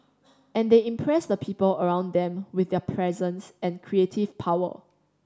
and they impress the people around them with their presence and creative power